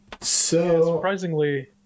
surprisingly